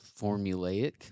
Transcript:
formulaic